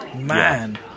Man